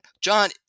John